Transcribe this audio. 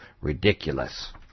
ridiculous